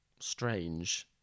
strange